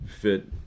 fit